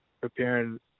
preparing